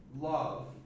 love